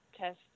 test